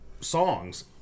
songs